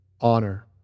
honor